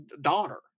daughter